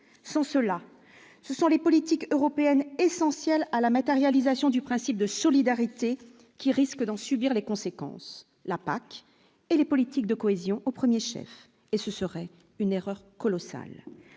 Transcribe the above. sans cela, ce sont les politiques européennes essentielles à la matérialisation du principe de solidarité qui risquent d'en subir les conséquences, la PAC et les politiques de cohésion au 1er chef et ce serait une erreur colossale,